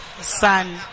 Son